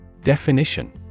Definition